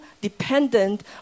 dependent